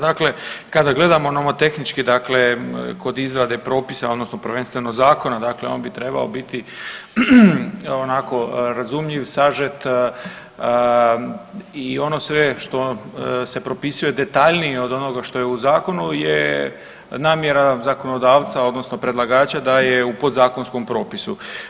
Dakle, kada gledamo nomotehnički dakle kod izrade propisa odnosno prvenstveno zakona dakle on bi trebao biti onako razumljiv, sažet i ono sve što se propisuje detaljnije od onoga što je u zakonu je namjera zakonodavca odnosno predlagača da je u podzakonskom propisu.